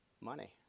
money